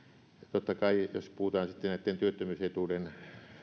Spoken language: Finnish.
totta kai jos puhutaan sitten näitten työttömyysetuuden